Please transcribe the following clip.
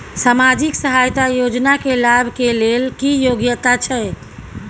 सामाजिक सहायता योजना के लाभ के लेल की योग्यता छै?